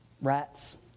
rats